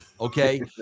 okay